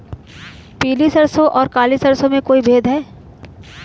पीली सरसों और काली सरसों में कोई भेद है?